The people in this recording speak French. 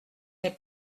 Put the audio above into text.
n’est